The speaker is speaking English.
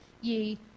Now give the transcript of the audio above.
ye